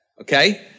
okay